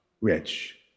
Rich